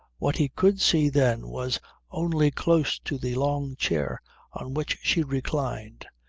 what he could see then was only, close to the long chair on which she reclined,